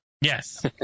Yes